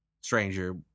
stranger